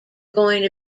going